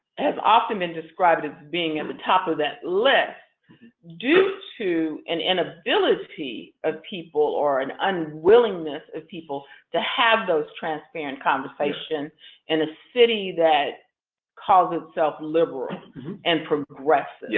has often been described as being at the top of that list due to an inability of people or an unwillingness of people to have those transparent conversations in a city that calls itself liberal and progressive. yes.